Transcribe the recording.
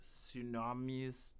tsunamis